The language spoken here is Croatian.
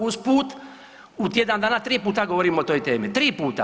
Usput u tjedan dana tri puta govorimo o toj temi, tri puta.